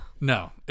No